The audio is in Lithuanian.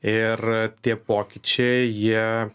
ir tie pokyčiai jie